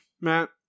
Matt